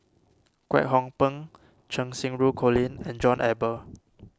Kwek Hong Png Cheng Xinru Colin and John Eber